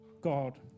God